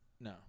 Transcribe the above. No